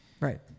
Right